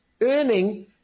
earning